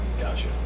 gotcha